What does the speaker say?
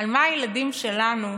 על מה הילדים שלנו,